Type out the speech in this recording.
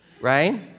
right